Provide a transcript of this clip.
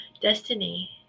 destiny